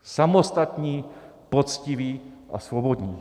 Samostatní, poctiví a svobodní.